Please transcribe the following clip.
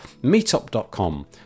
Meetup.com